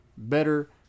Better